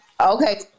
Okay